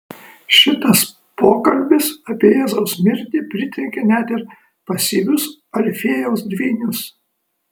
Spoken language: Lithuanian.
šitas pokalbis apie jėzaus mirtį pritrenkė net ir pasyvius alfiejaus dvynius